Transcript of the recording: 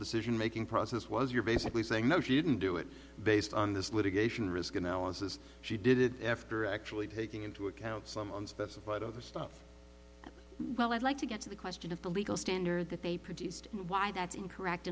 decision making process was you're basically saying no she didn't do it based on this litigation risk analysis she did after actually taking into account some unspecified other stuff well i'd like to get to the question of the legal standard that they produced why that's incorrect